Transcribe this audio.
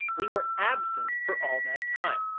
we were absent for all that time.